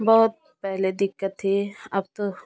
बहुत पहले दिक्कत थी अब तो